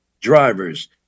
drivers